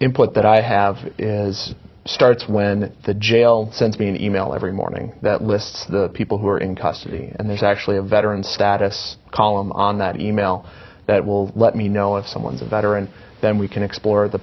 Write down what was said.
input that i have as starts when the jail send me an e mail every morning that lists the people who are in custody and there's actually a veteran status column on that e mail that will let me know if someone's a veteran then we can explore the